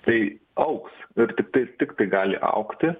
tai augs ir tiktais tiktai gali augti